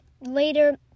later